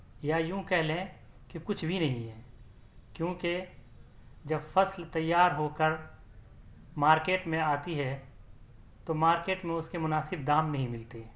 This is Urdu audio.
یا یوں کہہ لیں کہ کچھ بھی نہیں ہے کیوں کہ جب فصل تیار ہو کر مارکیٹ میں آتی ہے تو مارکیٹ میں اس کے مناسب دام نہیں ملتے